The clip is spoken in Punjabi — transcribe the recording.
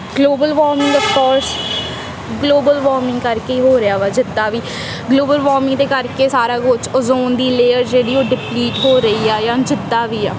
global warming of course global warming ਕਰਕੇ ਹੋ ਰਿਹਾ ਵਾ ਜਿੱਦਾਂ ਵੀ ਗਲੋਬਲ ਵਾਰਮਿੰਗ ਦੇ ਕਰਕੇ ਹੀ ਸਾਰਾ ਕੁਛ ਓਜ਼ਨ ਦੀ ਲੇਅਰ ਜਿਹੜੀ ਉਹ ਡਿਪਲੀਟ ਹੋ ਰਹੀ ਆ ਜਾਂ ਜਿੱਦਾਂ ਵੀ ਆ